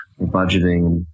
budgeting